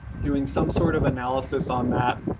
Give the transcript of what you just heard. doing some sort of analysis on that,